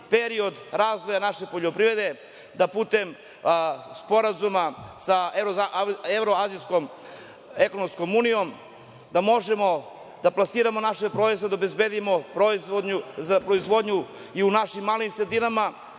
period razvoja naše poljoprivrede, da putem sporazuma sa Evroazijskom ekonomskom unijom, da možemo da plasiramo naše proizvode, obezbedimo proizvodnju i u našim malim sredinama,